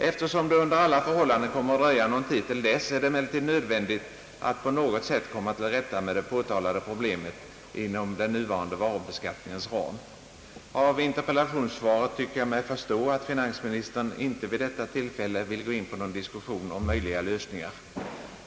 Eftersom det under alla förhållanden kommer att dröja någon tid till dess, är det emellertid nödvändigt att på något sätt komma till rätta med det påtalade problemet inom den nuvarande varubeskattningens ram. Av interpellationssvaret tycker jag mig förstå, att finansministern inte vid detta tillfälle vill gå in på någon diskussion av möjliga lösningar.